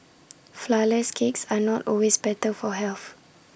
Flourless Cakes are not always better for health